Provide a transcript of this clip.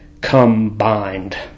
combined